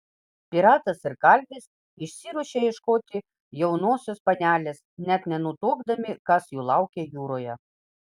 piratas ir kalvis išsiruošia ieškoti jaunosios panelės net nenutuokdami kas jų laukia jūroje